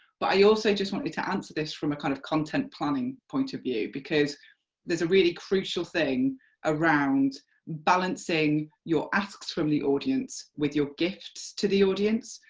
but i also just wanted to answer this from a kind of content planning point of view, because there's a really crucial thing around balancing your asks from the audience with your gifts to the audience,